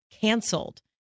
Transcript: canceled